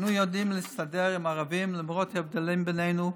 אנו יודעים להסתדר עם הערבים למרות ההבדלים בינינו.